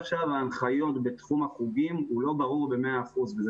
ההנחיות בתחום החוגים לא ברורות במאה אחוז וזה